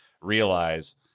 realize